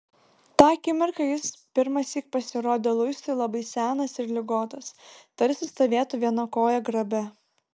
tą akimirką jis pirmąsyk pasirodė luisui labai senas ir ligotas tarsi stovėtų viena koja grabe